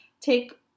take